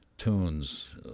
Tunes